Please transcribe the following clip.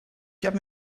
get